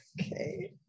Okay